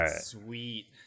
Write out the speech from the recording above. Sweet